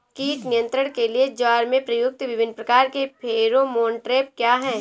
कीट नियंत्रण के लिए ज्वार में प्रयुक्त विभिन्न प्रकार के फेरोमोन ट्रैप क्या है?